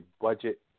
budget